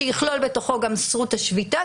שיכלול בתוכו גם את זכות השביתה,